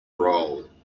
roll